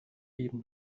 eben